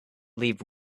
leave